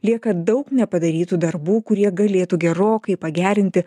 lieka daug nepadarytų darbų kurie galėtų gerokai pagerinti